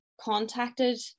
contacted